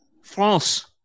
France